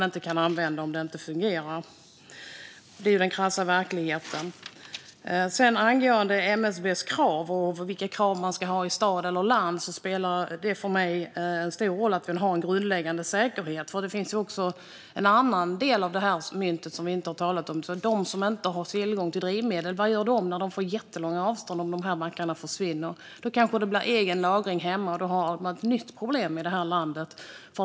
Det här är den krassa verkligheten. Angående MSB och olika krav är det viktigt för mig att vi har en grundläggande säkerhet. En annan sida av myntet är ju vad de som inte har tillgång till drivmedel gör om de har jättelånga avstånd och mackarna försvinner. Då kanske de lagrar hemma, och då får vi ett nytt problem.